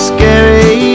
Scary